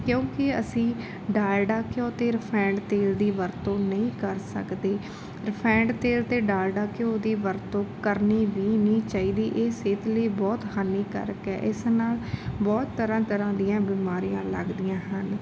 ਕਿਉਂਕਿ ਅਸੀਂ ਡਾਲਡਾ ਘਿਓ ਅਤੇ ਰਫੈਂਡ ਤੇਲ ਦੀ ਵਰਤੋਂ ਨਹੀਂ ਕਰ ਸਕਦੇ ਰਫੈਂਡ ਤੇਲ ਅਤੇ ਡਾਲਡਾ ਘਿਓ ਦੀ ਵਰਤੋਂ ਕਰਨੀ ਵੀ ਨਹੀਂ ਚਾਹੀਦੀ ਇਹ ਸਿਹਤ ਲਈ ਬਹੁਤ ਹਾਨੀਕਾਰਕ ਹੈ ਇਸ ਨਾਲ ਬਹੁਤ ਤਰ੍ਹਾਂ ਤਰ੍ਹਾਂ ਦੀਆਂ ਬਿਮਾਰੀਆਂ ਲੱਗਦੀਆਂ ਹਨ